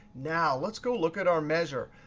now let's go look at our measure.